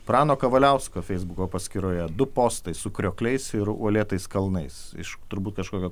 prano kavaliausko feisbuko paskyroje du postai su kriokliais ir uolėtais kalnais iš turbūt kažkokio